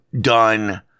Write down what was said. done